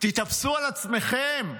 תתאפסו על עצמכם.